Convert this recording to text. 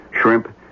shrimp